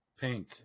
pink